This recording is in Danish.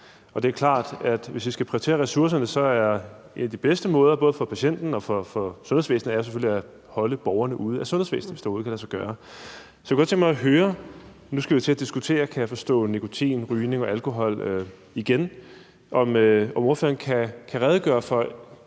og det er klart, at hvis vi skal prioritere ressourcerne, er en af de bedste måder at gøre det på, både for patienten og for sundhedsvæsenet, selvfølgelig at holde borgerne ude af sundhedsvæsenet, hvis det overhovedet kan lade sig gøre. Jeg kan forstå, at vi nu skal til at diskutere nikotin, rygning og alkohol igen, så jeg vil høre, om